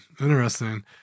Interesting